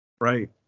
right